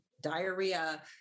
diarrhea